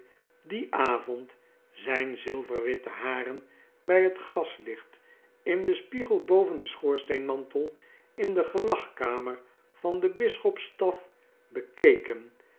dien avond zyne zilverwitte haren bij het gaslicht in den spiegel boven den schoorsteenmantel in de gelagkamer van de jbissehopstaf bekeken